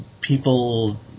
people